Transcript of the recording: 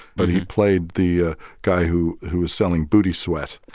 but he played the ah guy who who was selling booty sweat,